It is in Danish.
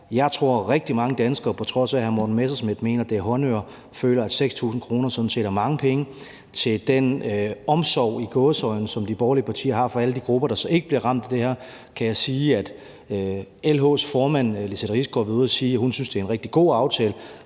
Jeg tror, at rigtig mange danskere, på trods af at hr. Morten Messerschmidt mener, det er håndører, føler, at 6.000 kr. sådan set er mange penge. Om den – i gåseøjne – omsorg, som de borgerlige partier har for alle de grupper, der så ikke bliver ramt af det her, kan jeg sige, at FH's formand, Lizette Risgaard, har været ude at sige, at